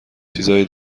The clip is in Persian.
چیزای